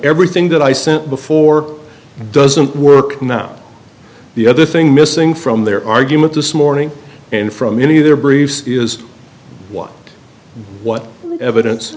everything that i sent before doesn't work now the other thing missing from their argument this morning and from many of their briefs is what what evidence